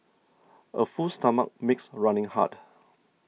a full stomach makes running hard